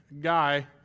guy